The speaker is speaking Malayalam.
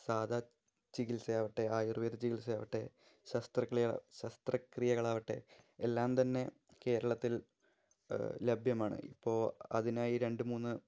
സാധാ ചികിത്സയാവട്ടെ ആയുര്വേദിക് ചികിത്സയാവട്ടെ ശസ്ത്രക്രിയകളാവട്ടെ എല്ലാംതന്നെ കേരളത്തില് ലഭ്യമാണ് ഇപ്പോള് അതിനായി രണ്ട്മൂന്ന്